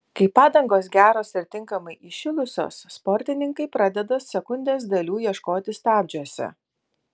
kai padangos geros ir tinkamai įšilusios sportininkai pradeda sekundės dalių ieškoti stabdžiuose